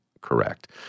correct